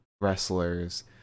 wrestlers